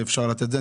ואפשר לתת את זה.